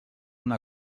una